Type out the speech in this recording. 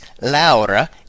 Laura